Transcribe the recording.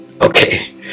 Okay